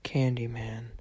Candyman